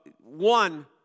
one